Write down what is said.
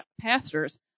pastors